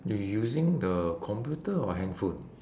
you using the computer or handphone